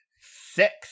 Six